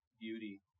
beauty